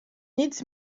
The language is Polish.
nic